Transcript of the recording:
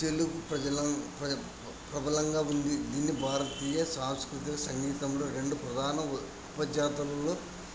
తెలుగు ప్రజల ప్ర ప్రబలంగా ఉంది దీన్ని భారతీయ సాంస్కృతిక సంగీతంలో రెండు ప్రధాన ఉపజాతులలో